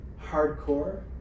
hardcore